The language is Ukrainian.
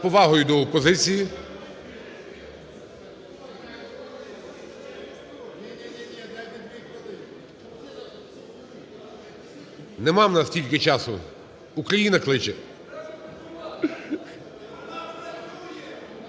повагою до опозиції. Нема у нас стільки часу, Україна кличе.